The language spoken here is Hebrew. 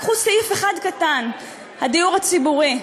קחו סעיף אחד קטן, הדיור הציבורי.